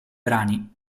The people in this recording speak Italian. brani